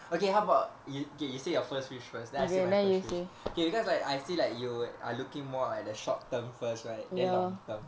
okay how about you okay you say your first wish first then I say my first wish K because like I feel like you would are looking more at the short term first right then long term